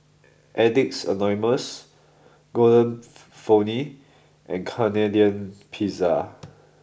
addicts Anonymous Golden Peony and Canadian Pizza